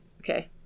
okay